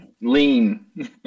lean